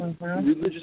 religious